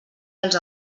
dels